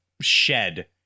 shed